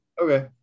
Okay